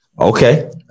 Okay